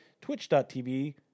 twitch.tv